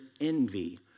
envy